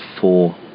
four